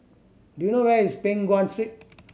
do you know where is Peng Nguan Street